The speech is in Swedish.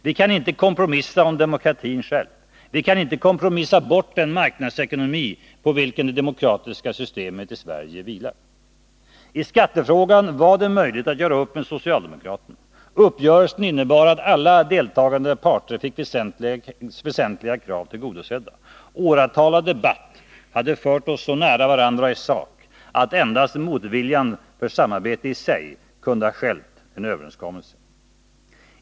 Vi kan inte kompromissa om demokratin själv, vi kan inte kompromissa bort den marknadsekonomi på vilken det demokratiska systemet i Sverige vilar. I skattefrågan var det möjligt att göra upp med socialdemokraterna. Uppgörelsen innebar att alla deltagande parter fick väsentliga krav tillgodosedda. Åratal av debatt hade fört oss så nära varandra i sak att endast motviljan för samarbete i sig kunde ha stjälpt en överenskommelse.